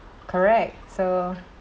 correct so